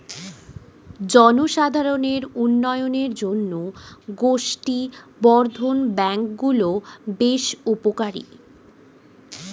জনসাধারণের উন্নয়নের জন্য গোষ্ঠী বর্ধন ব্যাঙ্ক গুলো বেশ উপকারী